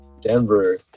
denver